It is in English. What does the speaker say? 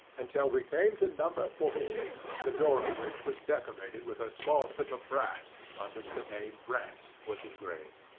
until we came to number forty six, the door of which was decorated with a small slip of brass on which the name rance was engraved.